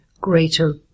Greater